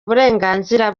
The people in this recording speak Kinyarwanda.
uburenganzira